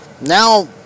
Now